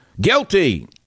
Guilty